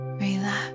relax